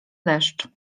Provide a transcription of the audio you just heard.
deszcz